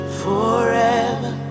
forever